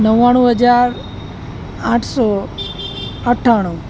નવ્વાણું હજાર આઠસો અઠ્ઠાણું